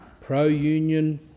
pro-Union